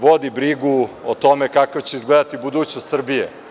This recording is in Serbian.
vodi brigu o tome kako će izgledati budućnost Srbije.